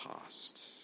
past